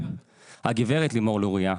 הגברת לימור לוריא,